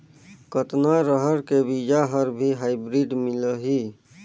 कतना रहर के बीजा हर भी हाईब्रिड मिलही?